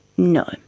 no.